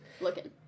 looking